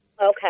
Okay